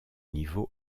niveau